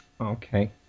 Okay